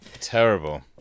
terrible